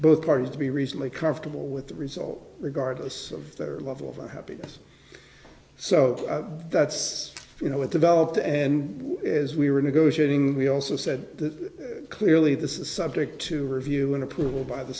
both parties to be recently comfortable with the result regardless of their level of happiness so that's you know it developed and as we were negotiating we also said that clearly this is subject to review and approval by the